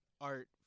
art